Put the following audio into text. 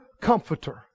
comforter